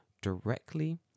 directly